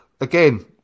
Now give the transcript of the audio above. again